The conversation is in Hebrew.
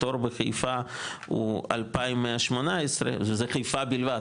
התור בחיפה הוא 2,118 וזה חיפה בלבד,